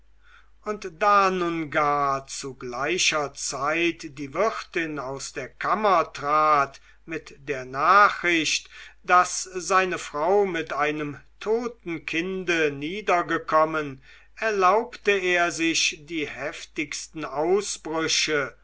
und da nun gar zu gleicher zeit die wirtin aus der kammer trat mit der nachricht daß seine frau mit einem toten kinde niedergekommen erlaubte er sich die heftigsten ausbrüche